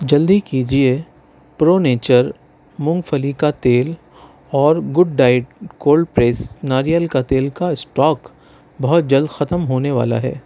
جلدی کیجیے Pro Nature مونگ پھلی کا تیل اور گڈ ڈائٹ کولڈ پریس ناریل کا تیل کا اسٹاک بہت جلد ختم ہونے والا ہے